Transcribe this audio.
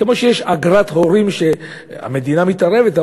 כמו שיש אגרת הורים שהמדינה מתערבת.